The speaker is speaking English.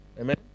Amen